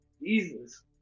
Jesus